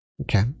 Okay